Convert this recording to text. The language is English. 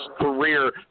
career